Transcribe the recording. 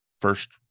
first